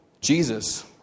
Jesus